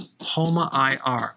HOMA-IR